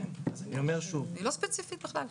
היא לא ספציפית בכלל.